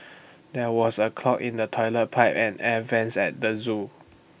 there was A clog in the Toilet Pipe and the air Vents at the Zoo